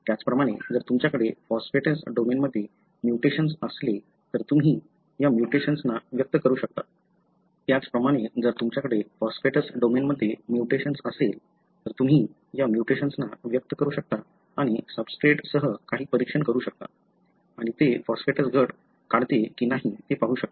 त्याचप्रमाणे जर तुमच्याकडे फॉस्फेटेस डोमेनमध्ये म्युटेशन्स असेल तर तुम्ही या म्युटेशन्सना व्यक्त करू शकता आणि सब्सट्रेट सह काही परीक्षण करू शकता आणि ते फॉस्फेटेस गट काढते की नाही ते पाहू शकता